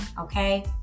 okay